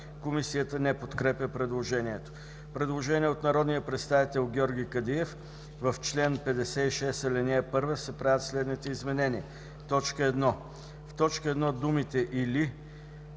Комисията не подкрепя предложението. Предложение от народния представител Георги Кадиев: „В чл. 56 ал. 1 се правят следните изменения: „1. В т. 1 думите „или